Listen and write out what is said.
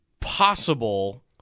possible